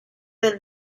del